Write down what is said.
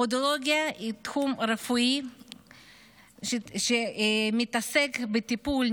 הפודולוגיה היא תחום רפואי שמתעסק בטיפול,